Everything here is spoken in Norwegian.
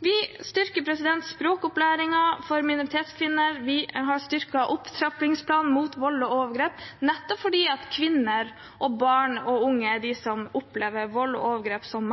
Vi styrker språkopplæringen for minoritetskvinner, vi har styrket opptrappingsplanen mot vold og overgrep, nettopp fordi kvinner og barn og unge er de som opplever vold og overgrep som